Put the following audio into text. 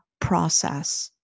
process